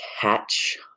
catch